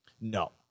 No